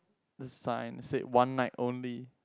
the sign said one night only